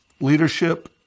Leadership